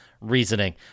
reasoning